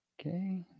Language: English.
Okay